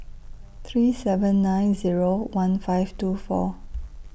three seven nine Zero one five two four